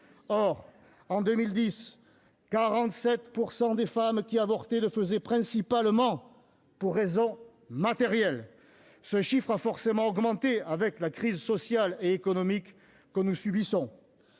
Or, en 2010, 47 % des femmes qui avortaient le faisaient principalement pour raisons matérielles. Ce chiffre a forcément augmenté avec la crise sociale et économique que nous subissons.